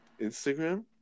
Instagram